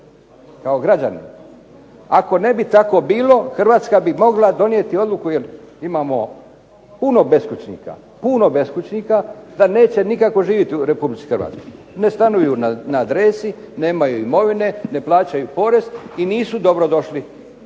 kao građanin. Ako ne bi tako bilo, Hrvatska bi mogla donijeti odluku jer imamo puno beskućnika, puno beskućnika, da neće nikako živjeti u RH, ne stanuju na adresi, nemaju imovine, ne plaćaju porez i nisu dobrodošli